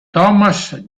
thomas